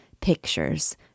pictures